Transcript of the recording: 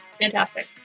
fantastic